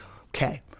Okay